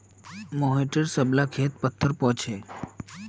मोहिटर सब ला खेत पत्तर पोर छे